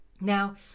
Now